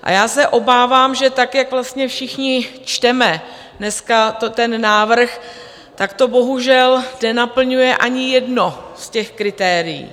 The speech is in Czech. A já se obávám, že tak, jak vlastně všichni čteme dneska ten návrh, tak to bohužel nenaplňuje ani jedno z těch kritérií.